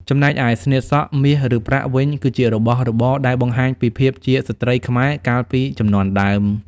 ចំណែកឯ ស្នៀតសក់ មាសឬប្រាក់ វិញ គឺជារបស់របរដែល បង្ហាញពីភាពជាស្ត្រីខ្មែរ កាលពីជំនាន់ដើម។